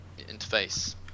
interface